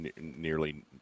nearly